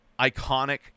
iconic